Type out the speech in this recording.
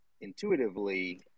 intuitively